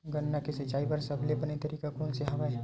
गन्ना के सिंचाई बर सबले बने तरीका कोन से हवय?